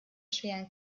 schweren